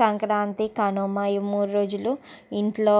సంక్రాంతి కనుమ ఈ మూడు రోజులు ఇంట్లో